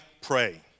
pray